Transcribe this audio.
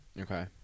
Okay